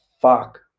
fuck